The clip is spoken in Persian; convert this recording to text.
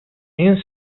این